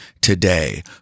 today